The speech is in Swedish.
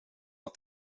att